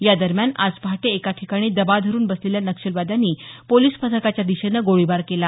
यादरम्यान आज पहाटे एका ठिकाणी दबा धरून बसलेल्या नक्षलवाद्यांनी पोलिस पथकाच्या दिशेने गोळीबार केला